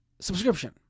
subscription